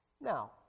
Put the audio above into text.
Now